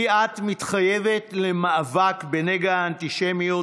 כי את מתחייבת למאבק בנגע האנטישמיות.